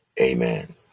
Amen